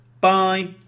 bye